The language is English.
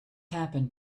happened